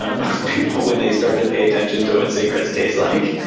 ah most people when they start to pay attention to what cigarettes taste like,